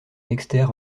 nexter